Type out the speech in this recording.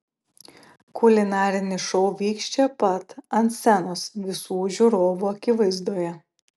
kulinarinis šou vyks čia pat ant scenos visų žiūrovų akivaizdoje